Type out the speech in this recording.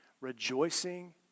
Rejoicing